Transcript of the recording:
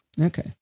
Okay